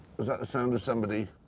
is that the sound of somebody?